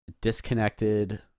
disconnected